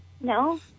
no